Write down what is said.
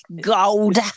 gold